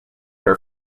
her